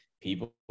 people